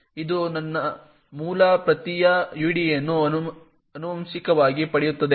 ಇದು ತನ್ನ ಮೂಲ ಪ್ರಕ್ರಿಯೆಯ ಯುಐಡಿಯನ್ನು ಆನುವಂಶಿಕವಾಗಿ ಪಡೆಯುತ್ತದೆ